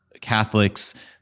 Catholics